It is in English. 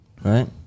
Right